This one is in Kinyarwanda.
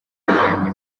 bwanjye